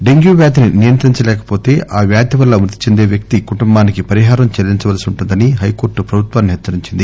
dengue వ్యాధిని నియంత్రించలేకవోతే ఆ వ్యాధి వల్ల మృతి చెందే వ్యక్తి కుటుంబానికి పరిహారం చెల్లించవలసి వుంటుందని హైకోర్టు ప్రభుత్వాన్ని హెచ్చరించింది